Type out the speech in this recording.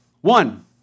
One